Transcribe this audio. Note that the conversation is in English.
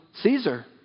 Caesar